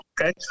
okay